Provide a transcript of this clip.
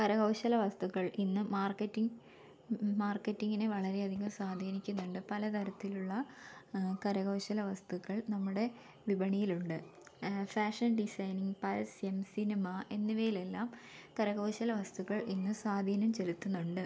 കരകൗശല വസ്തുക്കൾ ഇന്ന് മാർക്കറ്റിംഗ് മാർക്കറ്റിംഗിനെ വളരെയധികം സ്വാധീനിക്കുന്നുണ്ട് പലതരത്തിലുള്ള കരകൗശല വസ്തുക്കൾ നമ്മുടെ വിപണിയിലുണ്ട് ഫാഷൻ ഡിസൈനിംഗ് പരസ്യം സിനിമ എന്നിവയിലെല്ലാം കരകൗശല വസ്തുക്കൾ ഇന്ന് സ്വാധീനം ചെലുത്തുന്നുണ്ട്